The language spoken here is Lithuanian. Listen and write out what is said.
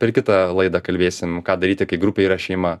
per kitą laidą kalbėsim ką daryti kai grupė yra šeima